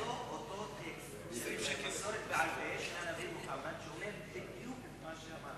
טקסט מהמסורת בעל-פה של הנביא מוחמד שאומר בדיוק את מה שאמרת.